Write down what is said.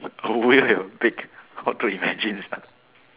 a whale with a beak how to imagine sia